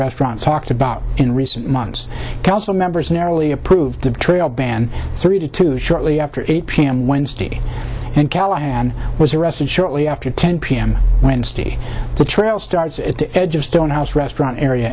restaurant talked about in recent months council members narrowly approved of trail band three to two shortly after eight p m wednesday and callahan was arrested shortly after ten p m wednesday the trail starts at the edge of stonehouse restaurant area